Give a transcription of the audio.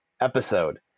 episode